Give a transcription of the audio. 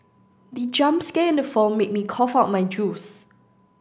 the jump scare in the film made me cough out my juice